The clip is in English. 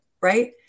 right